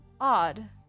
Odd